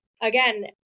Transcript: again